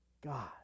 God